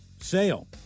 sale